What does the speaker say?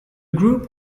group